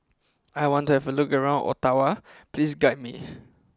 I want to have a look around Ottawa please guide me